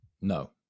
No